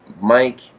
Mike